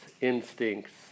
instincts